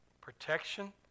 protection